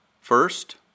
First